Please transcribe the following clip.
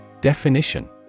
Definition